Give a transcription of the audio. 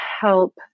help